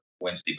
Wednesday